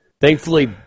Thankfully